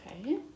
Okay